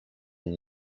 and